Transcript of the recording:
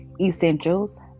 essentials